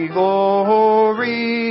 glory